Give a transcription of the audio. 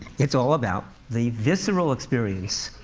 it's all about the visceral experience.